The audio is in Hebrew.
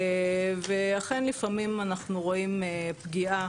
ואכן לפעמים אנחנו רואים פגיעה